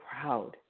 proud